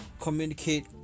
communicate